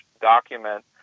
document